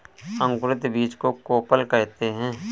अंकुरित बीज को कोपल कहते हैं